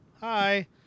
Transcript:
Hi